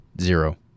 Zero